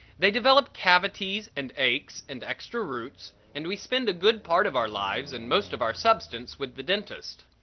they develop cavities and aches and extra roots and we spend a good part of our lives and most of our substance with the dentist.